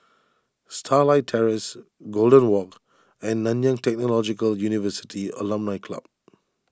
Starlight Terrace Golden Walk and Nanyang Technological University Alumni Club